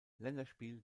länderspiel